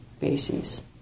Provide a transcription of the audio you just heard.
bases